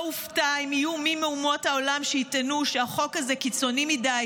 לא אופתע אם יהיו מי מאומות העולם שיטענו שהחוק הזה קיצוני מדי,